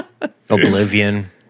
Oblivion